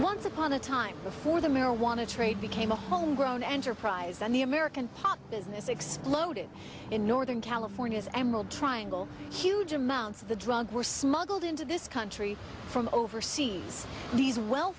once upon a time before the marijuana trade became a homegrown enterprise and the american pop business exploded in northern california's emerald triangle huge amounts of the drugs were smuggled into this country from overseas these well